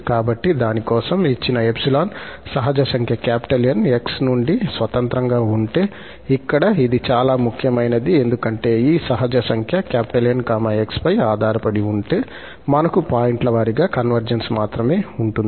కాబట్టి దాని కోసం ఇచ్చిన 𝜖 ∄ సహజ సంఖ్య 𝑁 𝑥 నుండి స్వతంత్రంగా ఉంటే ఇక్కడ ఇది చాలా ముఖ్యమైనది ఎందుకంటే ఈ సహజ సంఖ్య 𝑁 𝑥 పై ఆధారపడి ఉంటే మనకు పాయింట్ల వారీగా కన్వర్జెన్స్ మాత్రమే ఉంటుంది